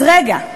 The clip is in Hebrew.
אז רגע,